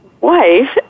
wife